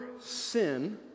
sin